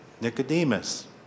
Nicodemus